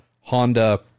Honda